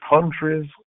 countries